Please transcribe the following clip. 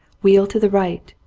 wheel to the right,